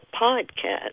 podcast